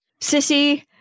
Sissy